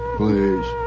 please